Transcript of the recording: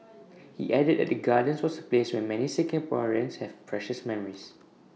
he added that the gardens was A place where many Singaporeans have precious memories